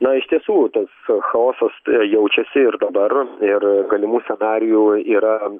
na iš tiesų tas chaosas tai jaučiasi ir dabar ir galimų scenarijų yra